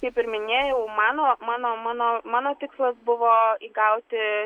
kaip ir minėjau mano mano mano mano tikslas buvo įgauti